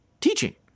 teaching